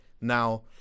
now